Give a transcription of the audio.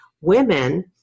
women